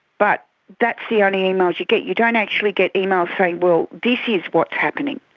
but that's the only emails you get, you don't actually get emails saying, well, this is what's happening.